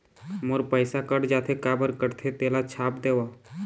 मोर पैसा कट जाथे काबर कटथे तेला छाप देव?